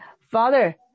Father